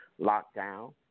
Lockdown